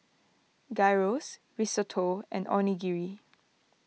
Gyros Risotto and Onigiri